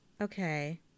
Okay